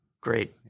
Great